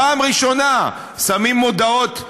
בפעם ראשונה שמים מודעות,